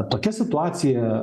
tokia situacija